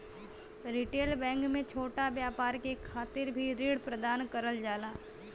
retail bank में छोटा व्यापार के खातिर भी ऋण प्रदान करल जाला